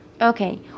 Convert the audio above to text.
Okay